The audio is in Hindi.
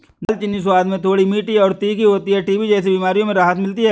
दालचीनी स्वाद में थोड़ी मीठी और तीखी होती है टीबी जैसी बीमारियों में राहत मिलती है